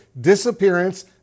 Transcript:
disappearance